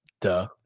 Duh